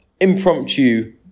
impromptu